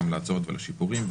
גם להצעות ולשיפורים,